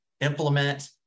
implement